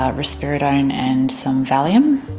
ah risperidone and some valium.